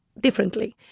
differently